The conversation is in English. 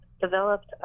developed